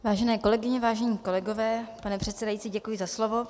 Vážené kolegyně, vážení kolegové, pane předsedající, děkuji za slovo.